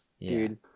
dude